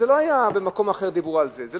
לא במקום אחר דיברו על זה,